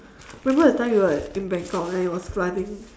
remember that time we were in bangkok and it was flooding